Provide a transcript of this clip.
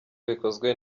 bikozwe